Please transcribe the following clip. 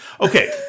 Okay